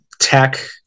tech